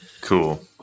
Cool